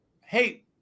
Hey